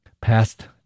past